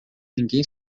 ninguém